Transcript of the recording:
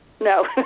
No